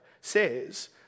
says